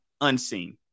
unseen